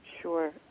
Sure